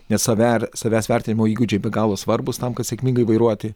nes save savęs vertinimo įgūdžiai be galo svarbūs tam kad sėkmingai vairuoti